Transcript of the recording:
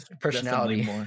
personality